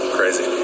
Crazy